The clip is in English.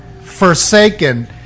forsaken